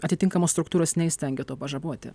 atitinkamos struktūros neįstengia to pažaboti